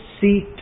seat